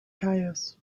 chios